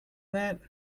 that